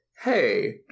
hey